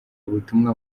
butumwa